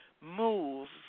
move